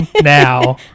now